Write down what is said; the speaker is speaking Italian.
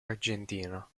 argentina